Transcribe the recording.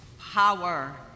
power